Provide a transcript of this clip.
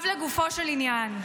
עכשיו לגופו של עניין.